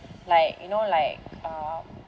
like you know like uh